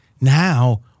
Now